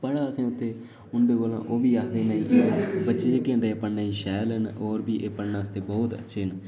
पढ़ेआ असें उत्थै उं'दे कोला ओह् बी आखदे नेईं बच्चे जेह्के होंदे हे पढ़ने गी शैल न होर फ्ही पढ़ना आस्तै बहुत अच्छे न